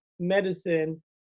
medicine